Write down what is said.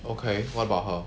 okay what about her